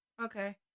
Okay